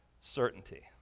certainty